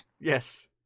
Yes